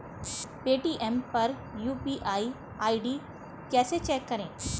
Paytm पर UPI ID कैसे check करें?